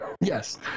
Yes